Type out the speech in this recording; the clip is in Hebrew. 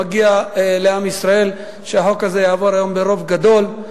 מגיע לעם ישראל שהחוק הזה יעבור היום ברוב גדול.